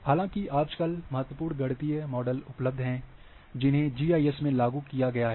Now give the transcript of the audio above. हालांकि आजकल महत्वपूर्ण गणितीय मॉडल उपलब्ध हैं जिन्हें जीआईएस में लागू किया गया है